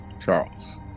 Charles